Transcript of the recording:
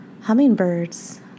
hummingbirds